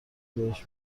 بهش